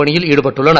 பணியில் ஈடுபட்டுள்ளனர்